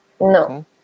No